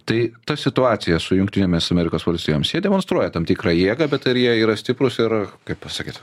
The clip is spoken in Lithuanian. tai ta situacija su jungtinėmis amerikos valstijoms ji demonstruoja tam tikrą jėgą bet ar jie yra stiprūs ir kaip pasakyt